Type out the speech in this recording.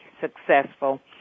successful